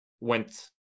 went